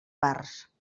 parts